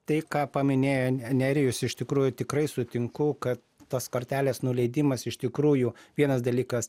tai ką paminėjo ne nerijus iš tikrųjų tikrai sutinku kad tas kartelės nuleidimas iš tikrųjų vienas dalykas